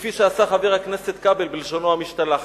כפי שעשה חבר הכנסת כבל בלשונו המשתלחת.